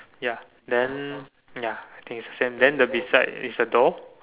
ya then ya I think is the same then the beside is a door